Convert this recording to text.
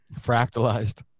fractalized